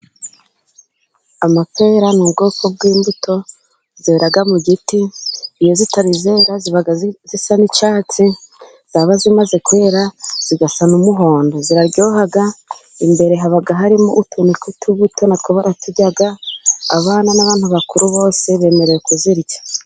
Amapera ni ubwoko bw'imbuto zera mu giti, iyo zitari zera ziba zisa n'icyatsi, zaba zimaze kwera zigasa n'umuhondo. Ziraryoha, imbere haba harimo utuntu tw'utubuto, natwo baraturya, abana n'abantu bakuru bose, bemerewe kuzirya.